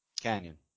Canyon